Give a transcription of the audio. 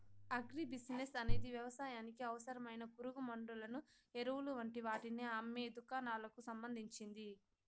agri business అనేది వ్యవసాయానికి అవసరమైన పురుగుమండులను, ఎరువులు వంటి వాటిని అమ్మే దుకాణాలకు సంబంధించింది